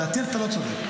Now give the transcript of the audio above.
לדעתי אתה לא צודק.